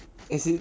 is it